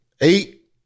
eight